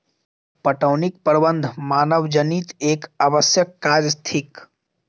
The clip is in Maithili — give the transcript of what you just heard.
पटौनीक प्रबंध मानवजनीत एक आवश्यक काज थिक